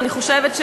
אני חושבת,